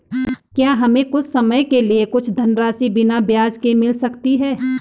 क्या हमें कुछ समय के लिए कुछ धनराशि बिना ब्याज के मिल सकती है?